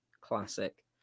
classic